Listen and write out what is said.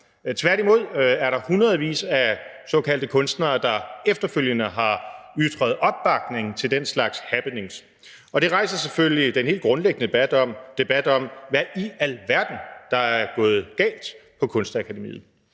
Tværtimod er der hundredvis af såkaldte kunstnere, der efterfølgende har ytret opbakning til den slags happenings. Det rejser selvfølgelig den helt grundlæggende debat om, hvad i alverden der er gået galt på Kunstakademiet.